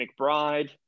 mcbride